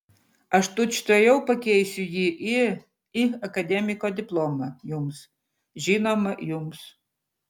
aš tučtuojau pakeisiu jį į į akademiko diplomą jums žinoma jums